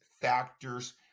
factors